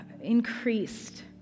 increased